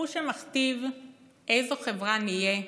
הוא שמכתיב איזו חברה נהיה,